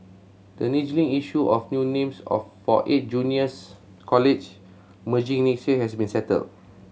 the niggling issue of new names of for eight juniors college merging has been settled